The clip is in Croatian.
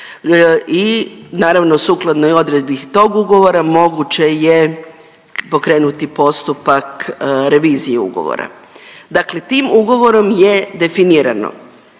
i naravno sukladno odredbi tog ugovora moguće je pokrenuti postupak revizije ugovora. Dakle tim ugovorom je definirano